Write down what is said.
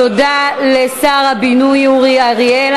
תודה לשר הבינוי אורי אריאל.